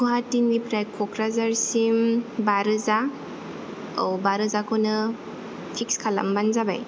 गुवाहाटीनिफ्राय कक्राझारसिम बा रोजा बा रोजाखौनो फिक्स खालामबानो जाबाय